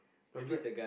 perfect